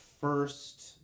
first